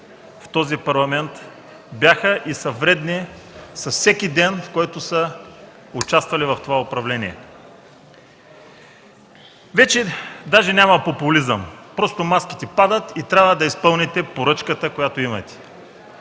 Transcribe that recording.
в този парламент бяха и са вредни с всеки ден, с който са участвали в това управление. Вече даже няма популизъм. Просто маските падат и трябва да изпълните поръчката, която имате.